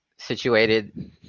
situated